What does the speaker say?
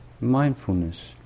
mindfulness